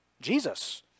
Jesus